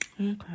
Okay